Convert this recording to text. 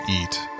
eat